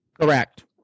Correct